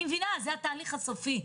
אני מבינה, זה התהליך הסופי,